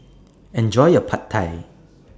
Enjoy your Pad Thai